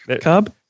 Cub